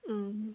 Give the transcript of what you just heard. mmhmm